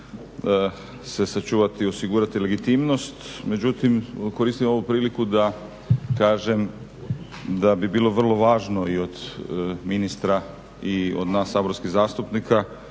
se sačuvati i osigurati legitimnost. Međutim, koristim ovu priliku da kažem da bi bilo vrlo važno i od ministra i od nas saborskih zastupnika